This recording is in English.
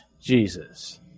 Jesus